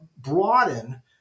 broaden